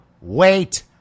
wait